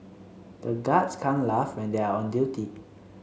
the guards can't laugh when they are on duty